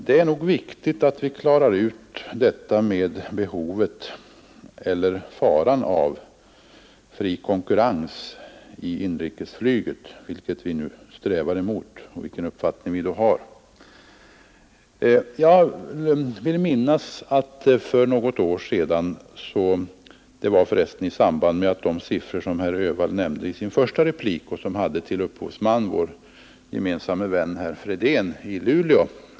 Det är nog viktigt att vi klarar ut problemet om behovet eller faran av fri konkurrens i inrikesflyget, i vilken riktning vi nu strävar och vilken uppfattning vi har. Jag vill minnas att frågan diskuterades för något år sedan i samband med de siffror som herr Öhvall nämnde i sin första replik och som hade till upphovsman vår gemensamme vän herr Fredén i Luleå.